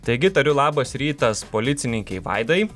taigi tariu labas rytas policininkei vaidai